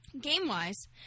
game-wise